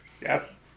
Yes